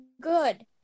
good